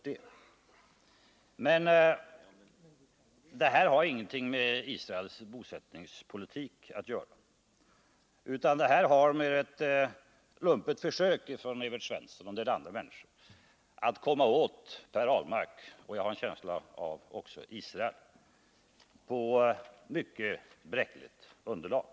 Men denna interpellation har ingenting med Israels bosättningspolitik att göra, utan det är ett lumpet försök från Evert Svensson, och även andra personer, att komma åt Per Ahlmark — och jag har en känsla av att man också vill komma åt Israel — på mycket bräckligt underlag.